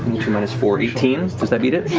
two minus four, eighteen, does that beat it?